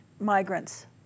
migrants